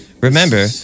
Remember